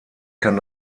kann